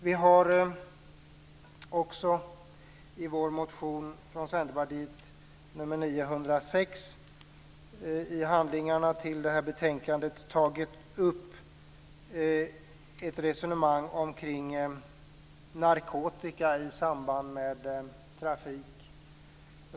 Vi har också i vår motion L906 från Centerpartiet tagit upp ett resonemang kring narkotika i samband med trafik.